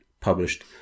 published